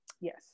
Yes